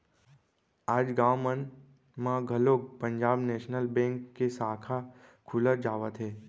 आज गाँव मन म घलोक पंजाब नेसनल बेंक के साखा खुलत जावत हे